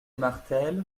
martels